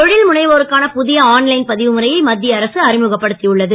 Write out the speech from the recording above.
தொழில் முனைவோருக்கான புதிய ஆன் லைன் பதிவு முறையை மத்திய அரசு அறிமுகப்படுத்தியுள்ளது